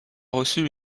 reçu